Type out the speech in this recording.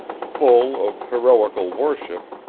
full of heroical worship,